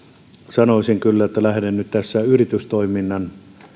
sanoisin kyllä että lähden nyt tässä yritystoiminnan